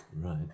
Right